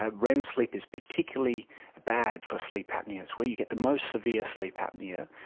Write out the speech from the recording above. ah rem sleep is particularly bad for sleep apnoea, it's where you get the most severe sleep apnoea.